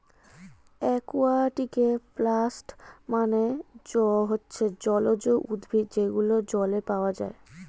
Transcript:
একুয়াটিকে প্লান্টস মানে হচ্ছে জলজ উদ্ভিদ যেগুলো জলে পাওয়া যায়